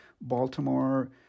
Baltimore-